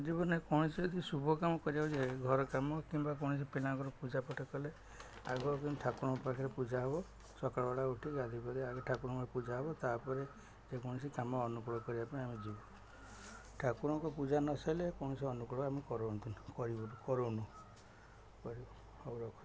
ଜୀବନରେ କୌଣସି ଯଦି ଶୁଭ କାମ କରିବାକୁ ଯାଏ ଘର କାମ କିମ୍ବା କୌଣସି ପିଲାଙ୍କର ପୂଜା ପାଠ କଲେ ଆଗ କେମତି ଠାକୁରଙ୍କ ପାଖରେ ପୂଜା ହବ ସକାଳ ବେଳା ଉଠି ଗାଧେଇ ପାଧେଇ ଆଗ ଠାକୁରଙ୍କ ପାଖେ ପୂଜା ହବ ତା'ପରେ ଯେକୌଣସି କାମ ଅନୁକୂଳ କରିବା ପାଇଁ ଆମେ ଯିବୁ ଠାକୁରଙ୍କ ପୂଜା ନସାରିଲେ କୌଣସି ଅନୁକୂଳ ଆମେ କରନ୍ତୁନୁ କରିବୁନୁ କରୁନୁ କରିବୁ ହଉ ରଖୁଛି